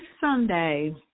Sunday